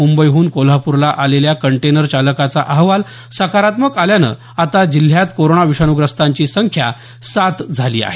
मुंबईहून कोल्हापूरला आलेल्या कंटेनर चालकाचा अहवाल सकारात्मक आल्यामुळे आता जिल्ह्यात कोरोना विषाण्ग्रस्तांची संख्या सात झाली आहे